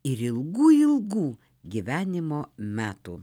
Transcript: ir ilgų ilgų gyvenimo metų